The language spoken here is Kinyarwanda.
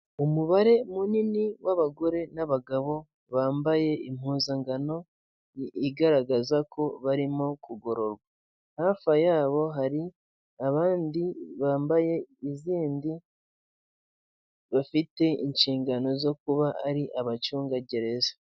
Umubare munini w'abagore n'abagabo bambaye impuzankano igaragaza ko barimo kugororwa, hafi yabo hari abandi bambaye izindi bafite inshingano zo kuba ari abacungagereza.